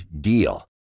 DEAL